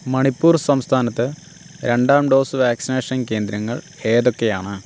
മണിപ്പൂർ സംസ്ഥാനത്ത് രണ്ടാം dose vaccination കേന്ദ്രങ്ങൾ ഏതൊക്കെയാണ്